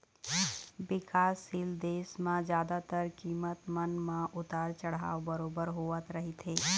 बिकासशील देश म जादातर कीमत मन म उतार चढ़ाव बरोबर होवत रहिथे